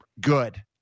good